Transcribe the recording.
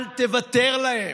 אל תוותר להם.